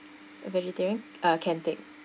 a vegetarian uh can take